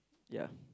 ya